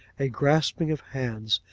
a grasping of hands,